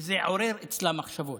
וזה עורר אצלה מחשבות.